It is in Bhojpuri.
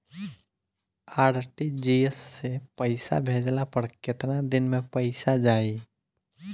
आर.टी.जी.एस से पईसा भेजला पर केतना दिन मे पईसा जाई?